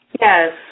Yes